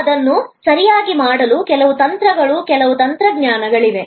ಅದನ್ನು ಸರಿಯಾಗಿ ಮಾಡಲು ಕೆಲವು ತಂತ್ರಗಳು ಮತ್ತು ಕೆಲವು ತಂತ್ರಜ್ಞಾನಗಳಿವೆ